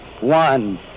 one